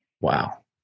Wow